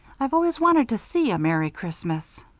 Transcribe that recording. i've always wanted to see a merry christmas